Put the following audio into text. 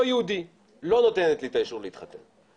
יהודי ולא נותנת לי את האישור להתחתן,